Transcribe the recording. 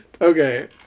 Okay